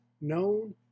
known